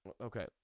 Okay